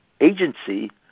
agency